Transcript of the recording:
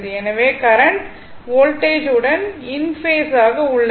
எனவே current voltage உடன் இன் பேஸ் ஆக உள்ளது